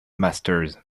masters